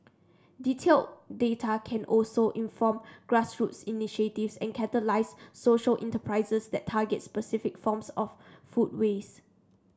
detailed data can also inform grassroots initiatives and catalyse social enterprises that target specific forms of food waste